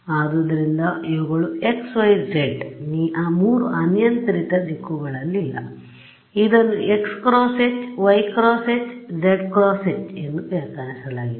ಆದ್ದರಿಂದ ಇವುಗಳು xˆ yˆ zˆ 3 ಅನಿಯಂತ್ರಿತ ದಿಕ್ಕುಗಳಲ್ಲಿಲ್ಲ ಇದನ್ನು xˆ × H yˆ × Hzˆ × H ಎಂದು ವ್ಯಾಖ್ಯಾನಿಸಲಾಗಿದೆ